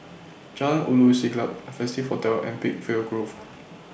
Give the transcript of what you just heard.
Jalan Ulu Siglap Festive Hotel and Peakville Grove